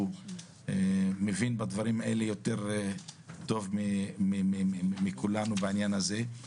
הוא מבין בדברים האלה יותר טוב מכולנו בעניין הזה,